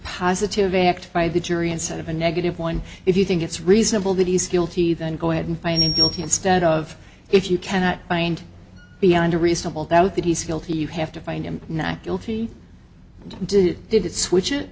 positive act by the jury instead of a negative one if you think it's reasonable that he's guilty then go ahead and find him guilty instead of if you cannot find beyond a reasonable doubt that he's guilty you have to find him guilty did did it switch it